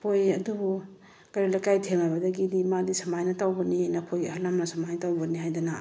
ꯄꯣꯛꯏ ꯑꯗꯨꯕꯨ ꯀꯩꯔꯣꯜ ꯂꯩꯀꯥꯏ ꯊꯦꯡꯅꯕꯗꯒꯤꯗꯤ ꯃꯥꯗꯤ ꯁꯨꯃꯥꯏꯅ ꯇꯧꯕꯅꯤ ꯅꯈꯣꯏꯒꯤ ꯑꯍꯜ ꯂꯃꯟꯅ ꯁꯨꯃꯥꯏꯅ ꯇꯧꯕꯅꯤ ꯍꯥꯏꯗꯅ